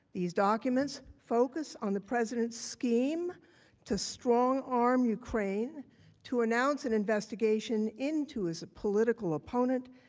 these documents focus on the president's scheme to strong arm ukraine to announce an investigation into his political opponent,